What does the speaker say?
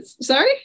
Sorry